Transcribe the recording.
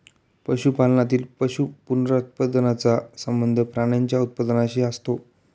पशुपालनातील पशु पुनरुत्पादनाचा संबंध प्राण्यांच्या उत्पादनाशी असतो